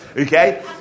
okay